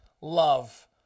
love